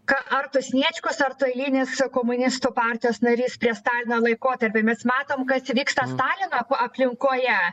ka ar tu sniečkus ar tu eilinės komunistų partijos narys prie stalino laikotarpiu mes matom kas vyksta stalino aplinkoje